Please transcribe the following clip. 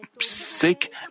sick